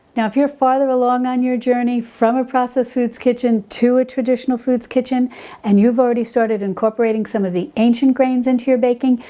now, if you're farther along on your journey from a processed foods kitchen to a traditional foods kitchen and you've already started incorporating some of the ancient grains into your baking,